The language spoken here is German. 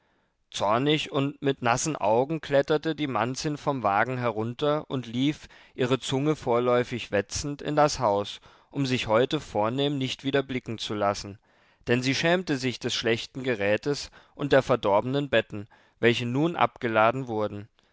zornig und mit nassen augen kletterte die manzin vom wagen herunter und lief ihre zunge vorläufig wetzend in das haus um sich heute vornehm nicht wieder blicken zu lassen denn sie schämte sich des schlechten gerätes und der verdorbenen betten welche nun abgeladen wurden